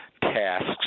tasks